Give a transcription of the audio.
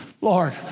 Lord